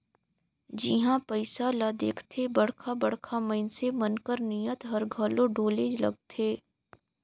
जिहां पइसा ल देखथे बड़खा बड़खा मइनसे मन कर नीयत हर घलो डोले लगथे